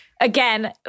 again